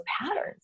patterns